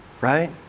right